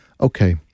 Okay